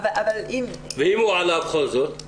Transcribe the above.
ואם בכל זאת הוא עלה?